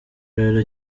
rero